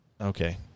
Okay